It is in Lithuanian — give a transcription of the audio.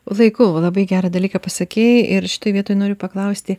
laiku labai gerą dalyką pasakei ir šitoj vietoj noriu paklausti